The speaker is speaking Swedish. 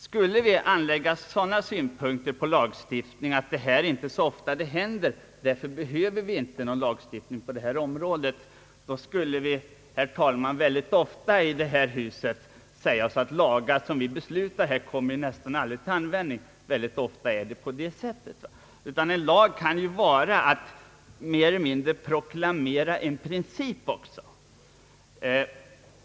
Skulle det anläggas sådana synpunkter på lagstiftning att den inte bör avse fall som inte inträffar så ofta och att vi därför inte behöver någon lagstiftning på sådana områden, skulle vi, herr talman, ofta här i huset kunna konstatera att lagar som vi beslutar nästan aldrig kommer till användning. En lag kan emellertid också komma till för att mer eller mindre proklamera en princip.